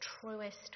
truest